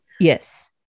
yes